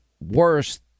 worse